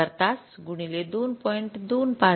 8000 तास गुनीले २